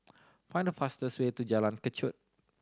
find the fastest way to Jalan Kechot